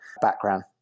background